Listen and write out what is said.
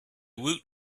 woot